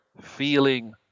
feeling